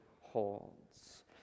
holds